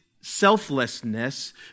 selflessness